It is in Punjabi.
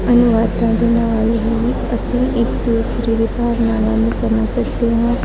ਅਨੁਵਾਦਾਂ ਦੇ ਨਾਲ ਹੀ ਅਸੀਂ ਇੱਕ ਦੂਸਰੇ ਦੀ ਭਾਵਨਾਵਾਂ ਨੂੰ ਸਮਝ ਸਕਦੇ ਹਾਂ